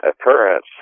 occurrence